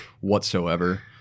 whatsoever